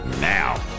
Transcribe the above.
now